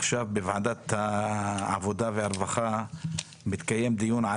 עכשיו בוועדת העבודה והרווחה מתקיים דיון על